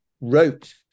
wrote